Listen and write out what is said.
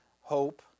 hope